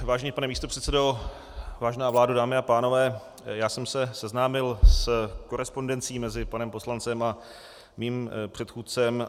Vážený pane místopředsedo, vážená vládo, dámy a pánové, já jsem se seznámil s korespondencí mezi panem poslancem a svým předchůdcem.